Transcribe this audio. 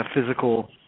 physical